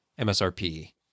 MSRP